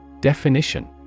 Definition